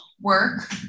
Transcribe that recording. work